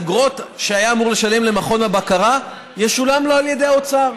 אגרות שהיה אמור לשלם למכון הבקרה ישולמו לו על ידי האוצר.